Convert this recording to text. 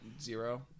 Zero